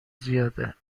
زیاده